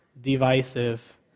divisive